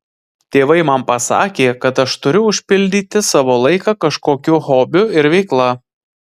tėvai man pasakė kad aš turiu užpildyti savo laiką kažkokiu hobiu ir veikla